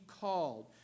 called